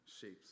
shapes